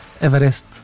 Everest